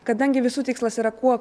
kadangi visų tikslas yra kuo